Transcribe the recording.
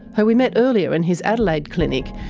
who we met earlier in his adelaide clinic,